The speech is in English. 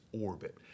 orbit